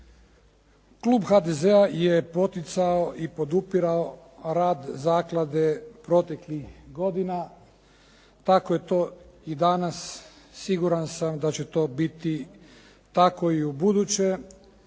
Klub HDZ-a je poticao i podupirao rad zaklade proteklih godina. Tako je to i danas, siguran sam da će to biti tako i ubuduće.